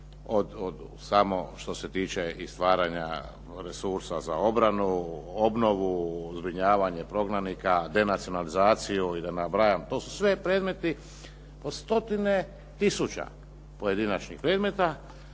od samo što se tiče stvaranja resursa za obranu, obnovu, zbrinjavanje prognanika, denacionalizaciju i da ne nabrajam. To su sve predmeti na stotine tisuća pojedinačnih predmeta